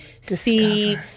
see